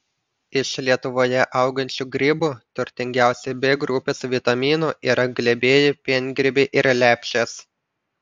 iš lietuvoje augančių grybų turtingiausi b grupės vitaminų yra glebieji piengrybiai ir lepšės